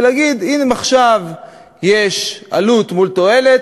ולהגיד: אם עכשיו יש עלות מול תועלת,